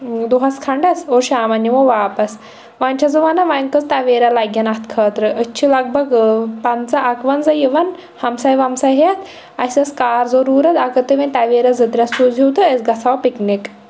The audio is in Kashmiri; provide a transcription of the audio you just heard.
دۄہَس کھنٛڈَس اور شامَن یِمو واپَس وۄنۍ چھیٚس بہٕ وَنان وۄنۍ کٔژ تَویرا لَگیٚن اَتھ خٲطرٕ أسۍ چھِ لگ بھگ ٲں پنٛژاہ اَکوَنٛزاہ یِوان ہمساے ومساے ہیٚتھ اسہِ ٲسۍ کار ضروٗرت اگر تُہۍ وۄنۍ تَویرا زٕ ترٛےٚ سوٗزِہیٛوٗ تہٕ أسۍ گژھہٕ ہاو پِکنِک